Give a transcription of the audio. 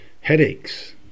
headaches